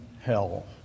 hell